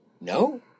No